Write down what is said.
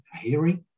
hearing